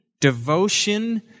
devotion